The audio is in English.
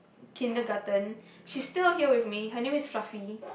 kindergarten she's still here with me her name is Fluffy